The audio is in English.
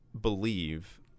believe